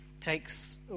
takes